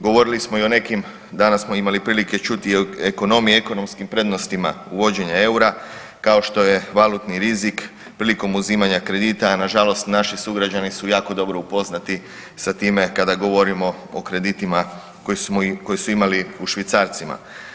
Govorili smo i o nekim, danas smo imali prilike čuti ekonomije i ekonomskim prednostima uvođenja EUR-a kao što je valutni rizik prilikom uzimanja kredita, a nažalost naši sugrađani su jako dobro upoznati sa time kada govorimo o kreditima koje su imali u švicarcima.